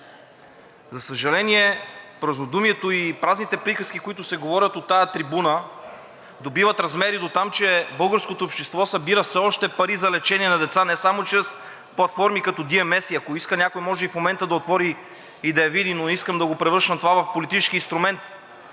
за съжаление, празнодумието и празните приказки, които се говорят от тази трибуна, добиват размери дотам, че българското общество събира все още пари за лечение на деца не само чрез платформи като DMS-и. Ако иска някой, може и в момента да отвори и да я види, но не искам да го превръщам това в политически инструмент.